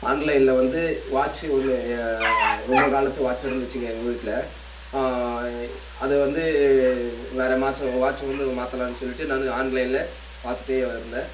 ஆன்லைனில் வந்து வாட்ச் ஒன்று ரொம்ப காலத்து வாட்ச் இருந்துச்சுங்க எங்கள் வீட்டில் அது வந்து வேறு மாட்சு வாட்ச் வந்து மாற்றலாம்னு சொல்லிட்டு நான் ஆன்லைனில் பார்த்துட்டே இருந்தேன்